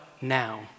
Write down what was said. now